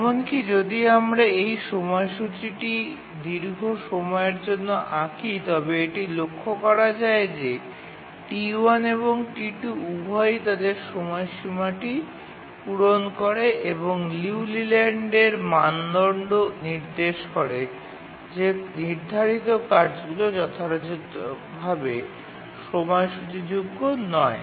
এমনকি যদি আমরা এই সময়সূচীটি দীর্ঘ সময়ের জন্য আঁকি তবে এটি লক্ষ্য করা যায় যে T1 এবং T2 উভয়ই তাদের সময়সীমাটি পূরণ করে এবং লিউ লেল্যান্ডের মানদণ্ডটি নির্দেশ করে যে নির্ধারিত কার্যগুলি যথাযথভাবে সময়সূচীযোগ্য নয়